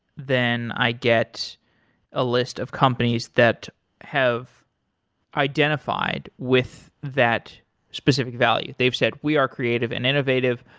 then i get a list of companies that have identified with that specific value. they've said, we are creative and innovative.